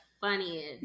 funniest